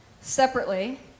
separately